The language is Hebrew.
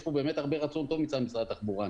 יש פה הרבה רצון טוב מצד משרד התחבורה.